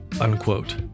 unquote